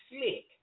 slick